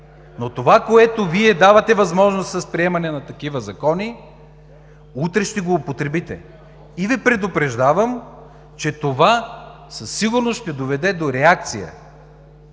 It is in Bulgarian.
но това, което Вие давате възможност с приемане на такива закони, утре ще го употребите. И Ви предупреждавам, че това със сигурност ще доведе до реакция